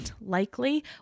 likely